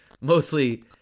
mostly